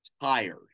tired